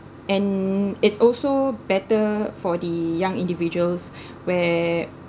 and it's also better for the young individuals where